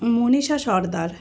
Manisha Sardar